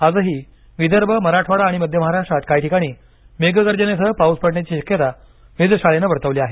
आजही विदर्भ मराठवाडा आणि मध्य महाराष्ट्रात काही ठिकाणी मेघगर्जनेसह पाऊस पडण्याची शक्यता वेधशाळेनं वर्तवली आहे